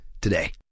today